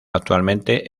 actualmente